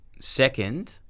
second